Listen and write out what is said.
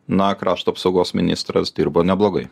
na krašto apsaugos ministras dirbo neblogai